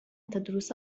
تدرس